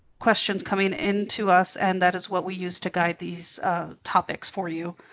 questions coming in to us and that is what we use to guide these topics for you.